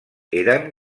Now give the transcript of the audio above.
eren